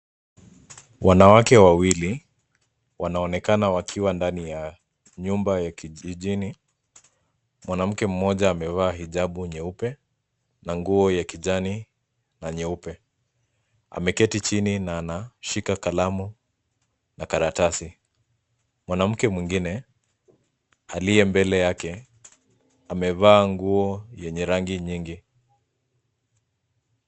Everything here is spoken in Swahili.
Wanawake wawili, wanaonekana wakiwa ndani ya nyumba ya kijijini. Mwanamke mmoja amevaa hijabu nyeupe na nguo ya kijani na nyeupe. Ameketi chini na anashika kalamu na karatasi. Mwanamke mwengine, aliye mbele yake, amevaa nguo yenye rangi nyingi.